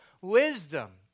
wisdom